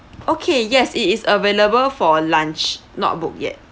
okay yes it is available for lunch not booked yet